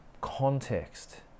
context